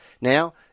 Now